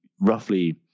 roughly